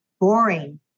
boring